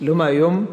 לא מהיום,